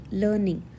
learning